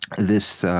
this